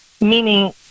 meaning